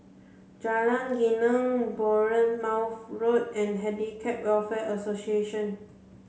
Jalan Geneng Bournemouth Road and Handicap Welfare Association